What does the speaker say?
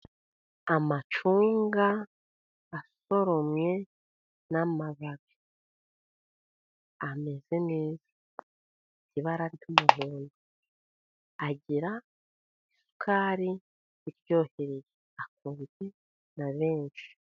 Amacunga asoromwe n'amababi ameze neza, ibara ry'umuhondo agira isukari iryohereye akundwa na benshi.